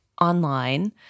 online